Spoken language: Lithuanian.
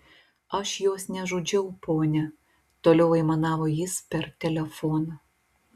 aš jos nežudžiau ponia toliau aimanavo jis per telefoną